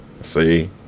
See